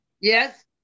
Yes